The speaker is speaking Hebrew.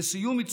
לסיום,